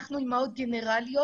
אנחנו אימהות עובדות,